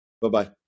Bye-bye